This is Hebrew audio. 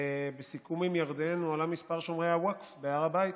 שבסיכום עם ירדן הועלה מספר שומרי הווקף בהר הבית,